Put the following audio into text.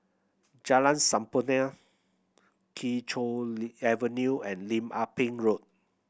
Jalan Sampurna Kee Choe Avenue and Lim Ah Pin Road